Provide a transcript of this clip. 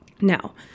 now